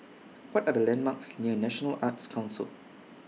What Are The landmarks near National Arts Council